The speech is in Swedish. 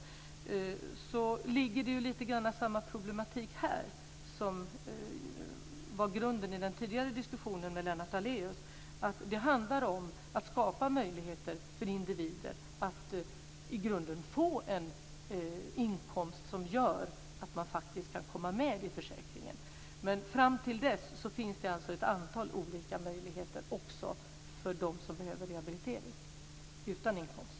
Det ligger lite grann samma problematik här som var grunden i den tidigare diskussionen med Lennart Daléus. Det handlar om att skapa möjligheter för individer att i grunden få en inkomst som gör att man faktiskt kan komma med i försäkringen. Men fram till dess finns det ett antal olika möjligheter också för dem utan inkomst som behöver rehabilitering.